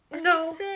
no